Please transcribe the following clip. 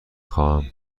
خواهم